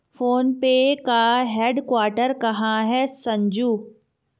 Phone पे का headquarter कहां है संजू?